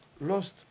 lost